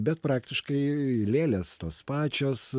bet praktiškai lėlės tos pačios